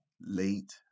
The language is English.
late